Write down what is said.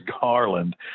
Garland